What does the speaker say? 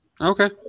Okay